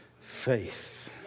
faith